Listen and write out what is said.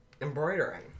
embroidering